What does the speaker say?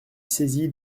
saisie